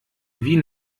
wie